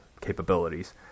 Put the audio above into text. capabilities